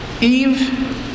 Eve